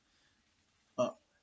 uh